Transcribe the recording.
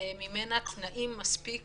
ממנה תנאים מספיק